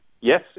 yes